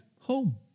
home